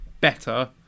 better